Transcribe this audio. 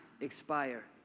expire